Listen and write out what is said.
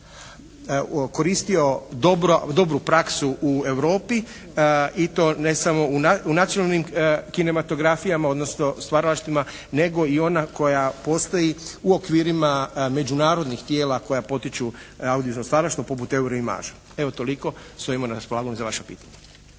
koristio dobru praksu u Europi i to ne samo u nacionalnim kinematografijama, odnosno stvaralaštvima, nego i ona koja postoji u okvirima međunarodnih tijela koja potiču audiovizualno stvaralaštvo poput …/Govornik se ne razumije./… Evo toliko. Stojimo na raspolaganju za vaša pitanja.